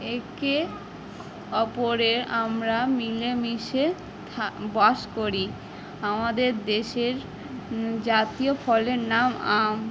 একে অপরে আমরা মিলে মিশে থা বাস করি আমাদের দেশের জাতীয় ফলের নাম আম